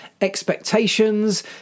expectations